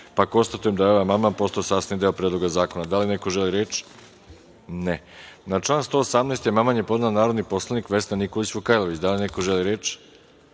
Srbije. Konstatujem da je ovaj amandman postao sastavni deo Predloga zakona. Da li neko želi reč? (Ne.)Na član 118. amandman je podnela narodni poslanik Vesna Nikolić Vukajlović. Da li neko želi reč?